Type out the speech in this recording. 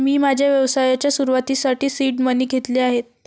मी माझ्या व्यवसायाच्या सुरुवातीसाठी सीड मनी घेतले आहेत